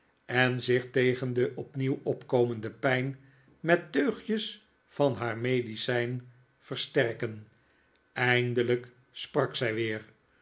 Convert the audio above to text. en zich tegen de opnieuw opkomende pijn met teugjes van haar medicijn versterken eindelijk sprak zij weer